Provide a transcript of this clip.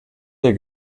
der